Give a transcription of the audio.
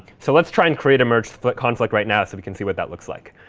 so let's try and create a merge conflict right now so we can see what that looks like.